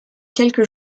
quelques